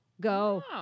Go